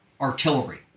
artillery